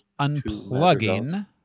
Unplugging